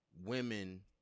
women